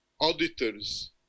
auditors